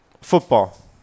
Football